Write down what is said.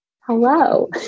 Hello